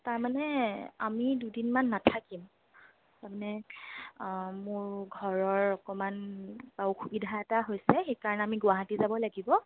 তাৰ মানে আমি দুদিনমান নাথাকিম তাৰমানে মোৰ ঘৰৰ অকণমান অসুবিধা এটা হৈছে সেইকাৰণে আমি গুৱাহাটী যাব লাগিব